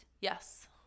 Yes